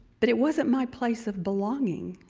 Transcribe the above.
but it wasn't my place of belonging,